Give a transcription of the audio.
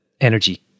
energy